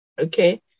okay